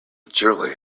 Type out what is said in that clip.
generally